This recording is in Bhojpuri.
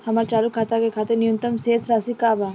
हमार चालू खाता के खातिर न्यूनतम शेष राशि का बा?